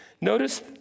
notice